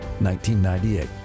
1998